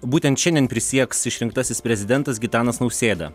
būtent šiandien prisieks išrinktasis prezidentas gitanas nausėda